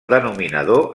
denominador